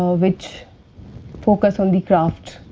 ah which focus on the craft,